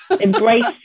Embrace